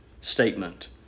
statement